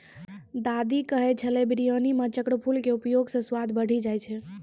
दादी कहै छेलै बिरयानी मॅ चक्रफूल के उपयोग स स्वाद बढ़ी जाय छै